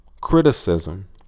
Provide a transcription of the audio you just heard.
criticism